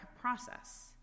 process